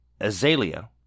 Azalea